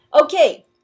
Okay